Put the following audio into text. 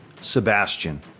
Sebastian